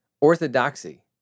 Orthodoxy